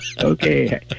Okay